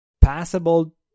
passable